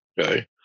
okay